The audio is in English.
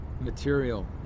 material